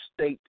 state